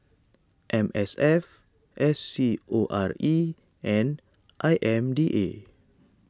M S F S C O R E and I M D A